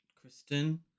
Kristen